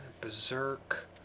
berserk